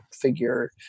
figure